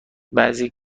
بعضی